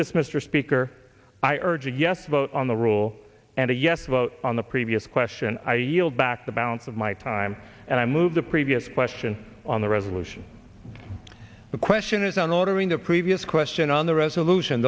this mr speaker i urge a yes vote on the rule and a yes vote on the previous question i e mailed back the balance of my time and i move the previous question on the resolution the question is on ordering the previous question on the resolution